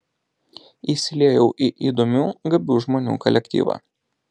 įsiliejau į įdomių gabių žmonių kolektyvą